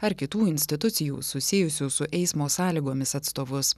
ar kitų institucijų susijusių su eismo sąlygomis atstovus